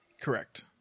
Correct